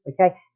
Okay